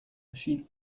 erschien